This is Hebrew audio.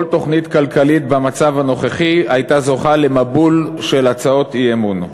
כל תוכנית כלכלית במצב הנוכחי הייתה זוכה למבול של הצעות אי-אמון.